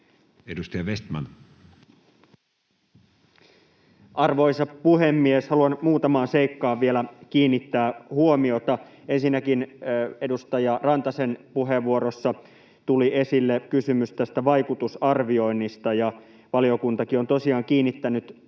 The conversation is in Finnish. Content: Arvoisa puhemies! Haluan muutamaan seikkaan vielä kiinnittää huomiota. Ensinnäkin edustaja Rantasen puheenvuorossa tuli esille kysymys tästä vaikutusarvioinnista, ja valiokuntakin on tosiaan kiinnittänyt huomiota